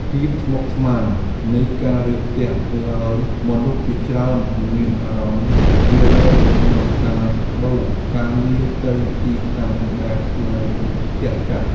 ភាពស្មុគស្មាញនៃការរើផ្ទះធ្វើឱ្យមនុស្សជាច្រើនមានអារម្មណ៍រារែកក្នុងការប្ដូរការងារទៅទីតាំងដែលឆ្ងាយពីផ្ទះចាស់។